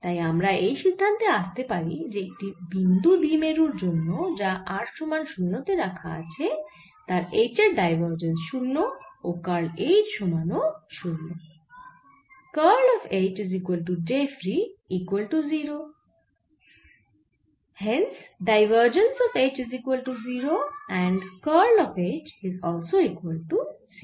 তাই আমরা এই সিদ্ধান্তে আসতে পারি যে একটি বিন্দু দ্বিমেরুর জন্য যা r সমান 0 তে রাখা আছে তার H এর ডাইভারজেন্স 0 আর কার্ল H সমান ও 0